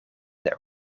their